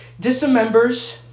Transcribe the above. dismembers